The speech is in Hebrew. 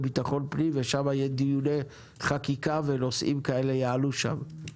לביטחון פנים ושם יהיו דיוני חקיקה ונושאים כאלה יעלו שם.